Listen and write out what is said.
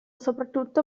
soprattutto